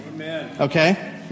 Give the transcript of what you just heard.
okay